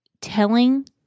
telling